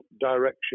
direction